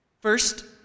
First